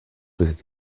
was